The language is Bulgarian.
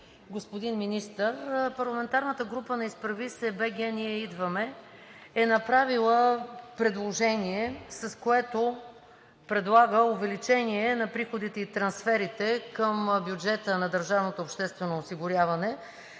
господин Министър! Парламентарната група на „Изправи се БГ! Ние идваме!“ е направила предложение, с което предлага увеличение на приходите и трансферите към бюджета на държавното обществено осигуряване,